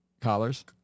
Collars